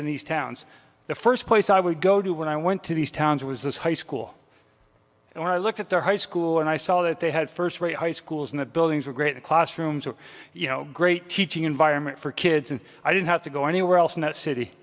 in these towns the first place i would go to when i went to these towns was this high school and when i looked at their high school and i saw that they had first rate high schools and the buildings were great the classrooms were you know great teaching environment for kids and i didn't have to go anywhere else in that city